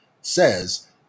says